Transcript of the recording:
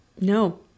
No